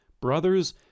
Brothers